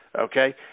okay